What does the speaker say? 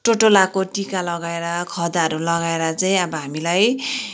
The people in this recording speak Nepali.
टोटोलाको टिका लगाएर खदाहरू लगाएर चाहिँ अब हामीलाई